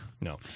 No